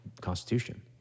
Constitution